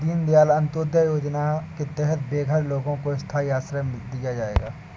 दीन दयाल अंत्योदया योजना के तहत बेघर लोगों को स्थाई आश्रय दिया जाएगा